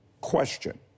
Question